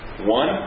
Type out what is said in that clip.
one